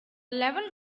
level